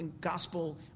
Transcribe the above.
gospel